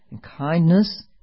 kindness